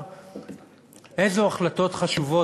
איזה החלטות חשובות,